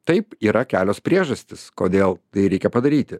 taip yra kelios priežastys kodėl tai reikia padaryti